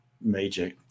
major